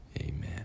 Amen